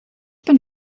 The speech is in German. bin